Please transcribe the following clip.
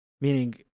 Meaning